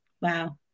Wow